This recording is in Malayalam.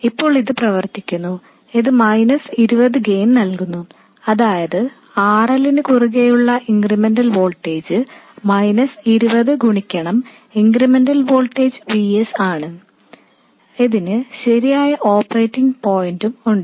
ഇപ്പോൾ ഇത് പ്രവർത്തിക്കുന്നു ഇത് മൈനസ് 20 ഗെയിൻ നൽകുന്നു അതായത് RL നു കുറുകേയുള്ള ഇൻക്രിമെൻറൽ വോൾട്ടേജ് മൈനസ് 20 ഗുണിക്കണം ഇൻക്രിമെൻറൽ വോൾട്ടേജ് VS ആണ് ഇതിന് ശരിയായ ഓപ്പറേറ്റിംഗ് പോയിന്റും ഉണ്ട്